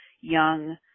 young